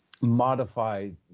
modified